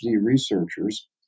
researchers